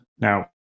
Now